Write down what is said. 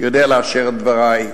יודע לאשר את דברי,